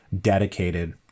dedicated